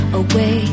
away